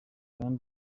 kandi